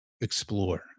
explore